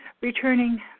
returning